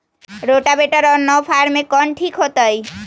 Rotavator और नौ फ़ार में कौन ठीक होतै?